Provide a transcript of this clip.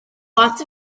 lots